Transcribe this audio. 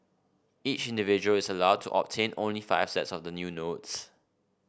each individual is allowed to obtain only five sets of the new notes